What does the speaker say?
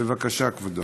בבקשה, כבודו.